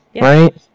Right